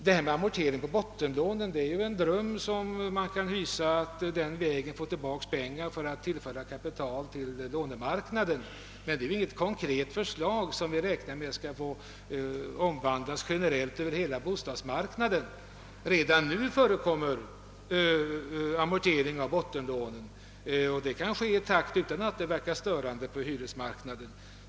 Det är en dröm man kan hysa att via amortering på bottenlånen få tillbaka pengar att tillföra kapitaloch lånemarknaden. Detta är dock inget konkret förslag som vi kan räkna med skall få tillämpas generellt över hela bostadsmarknaden. Redan nu förekommer amortering av bottenlånen. Detta kan ske utan att det verkar störande på hyresmarknaden.